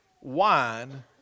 wine